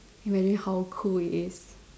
imagine how cool it is